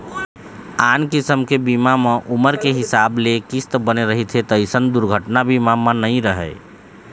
आन किसम के बीमा म उमर के हिसाब ले किस्त बने रहिथे तइसन दुरघना बीमा म नइ रहय